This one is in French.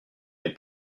n’ai